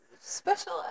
special